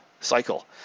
cycle